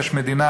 יש מדינה,